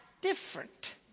different